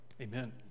Amen